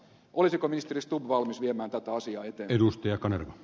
olisiko ministeri stubb valmis viemään tätä asiaa eteenpäin